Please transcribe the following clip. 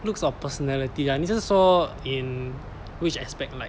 looks or personality ah 你是说 in which aspect like